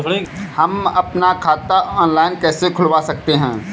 हम अपना खाता ऑनलाइन कैसे खुलवा सकते हैं?